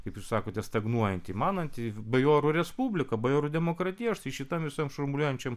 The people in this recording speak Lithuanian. kaip jūs sakote stagnuojanti mananti bajorų respublika bajorų demokratija štai šitam visam šurmuliuojančiam